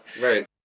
Right